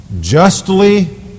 justly